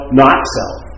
not-self